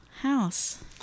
house